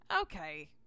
okay